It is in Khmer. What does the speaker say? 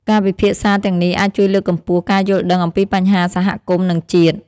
ការពិភាក្សាទាំងនេះអាចជួយលើកកម្ពស់ការយល់ដឹងអំពីបញ្ហាសហគមន៍ និងជាតិ។